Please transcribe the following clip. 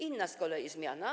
Inna z kolei zmiana.